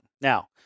now